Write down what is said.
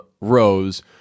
Rose